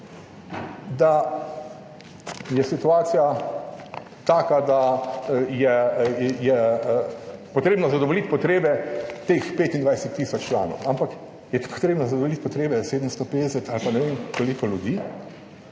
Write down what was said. da je situacija taka, da je potrebno zadovoljiti potrebe teh 25 tisoč članov, ampak je potrebno zadovoljiti potrebe 750 ali pa ne vem koliko ljudi,